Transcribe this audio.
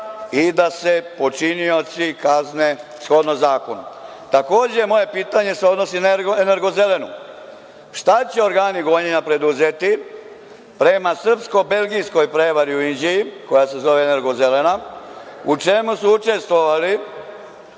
i da se počinioci kazne shodno zakonu. Takođe, moje pitanje se odnosi na „Energo zelenu“ – šta će organi gonjenja preduzeti prema srpsko-belgijskoj prevari u Inđiji koja se zove „Energo zelena“? U čemu su učestvovali,